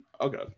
Okay